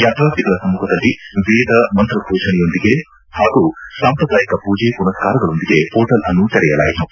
ಯಾತ್ರಾರ್ಥಿಗಳ ಸಮ್ನುಖದಲ್ಲಿ ವೇದ ಮಂತ್ರ ಘೋಷಗಳೊಂದಿಗೆ ಹಾಗೂ ಸಾಂಪ್ರದಾಯಿಕ ಪೂಜೆ ಪುನಸ್ತಾರಗಳೊಂದಿಗೆ ಪೋರ್ಟಲ್ ಅನ್ನು ತೆರೆಯಲಾಯಿತು